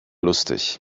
lustig